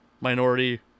minority